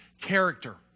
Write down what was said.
character